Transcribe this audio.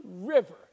river